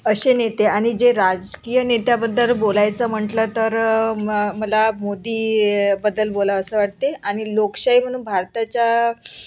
असे नेते आणि जे राजकीय नेत्याबद्दल बोलायचं म्हटलं तर म मला मोदीबद्दल बोलावसं वाटते आणि लोकशाही म्हणून भारताच्या